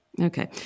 Okay